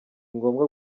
ngombwa